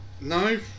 No